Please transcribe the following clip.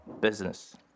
business